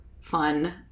fun